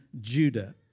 Judah